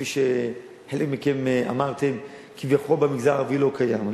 כפי שחלק מכם אמרתם, כביכול במגזר הערבי לא קיים.